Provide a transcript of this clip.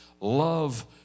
love